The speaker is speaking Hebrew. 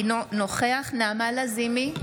אינו נוכח נעמה לזימי,